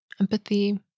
empathy